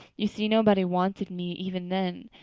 you see, nobody wanted me even then.